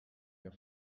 your